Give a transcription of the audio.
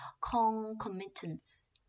concomitants